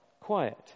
quiet